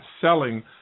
selling